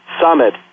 Summit